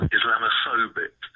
Islamophobic